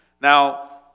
Now